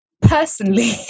personally